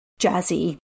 jazzy